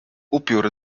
upiór